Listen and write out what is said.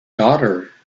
daughter